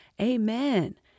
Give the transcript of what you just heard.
Amen